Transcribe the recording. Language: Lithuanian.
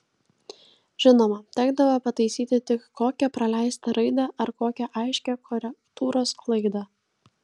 žinoma tekdavo pataisyti tik kokią praleistą raidę ar kokią aiškią korektūros klaidą